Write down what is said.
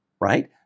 right